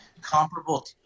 comparable